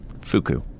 Fuku